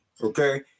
okay